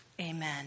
Amen